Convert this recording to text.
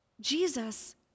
Jesus